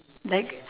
like